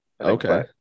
Okay